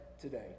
today